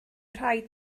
rhaid